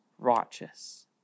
righteous